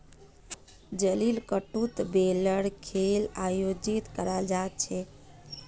जलीकट्टूत बैलेर खेल आयोजित कराल जा छेक